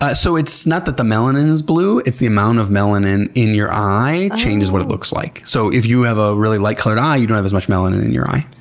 so it's not that the melanin is blue, it's the amount of melanin in your eye changes what it looks like. so if you have a really light-colored eye, you don't have as much melanin in your eye.